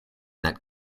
that